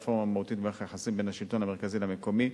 רפורמה מהותית במערך היחסים בין השלטון המרכזי למקומי,